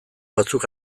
batzuk